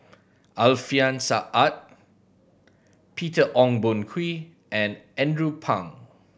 Alfian Sa'at Peter Ong Boon Kwee and Andrew Phang